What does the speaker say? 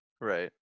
Right